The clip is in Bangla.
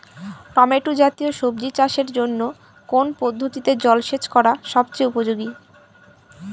টমেটো জাতীয় সবজি চাষের জন্য কোন পদ্ধতিতে জলসেচ করা সবচেয়ে উপযোগী?